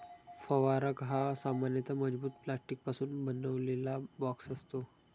फवारक हा सामान्यतः मजबूत प्लास्टिकपासून बनवलेला बॉक्स असतो